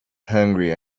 hungry